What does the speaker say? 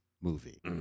movie